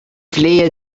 flehe